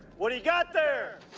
what do ya got there?